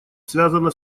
связано